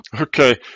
Okay